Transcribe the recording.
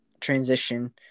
transition